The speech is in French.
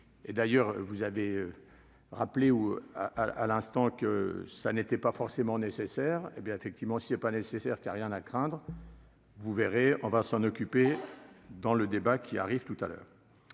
d'ailleurs vous avez rappelé ou à à l'instant que ça n'était pas forcément nécessaire, hé bien effectivement c'est pas nécessaire qu'y a rien à craindre. Vous verrez, on va s'en occuper dans le débat qui arrive tout à l'heure,